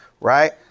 Right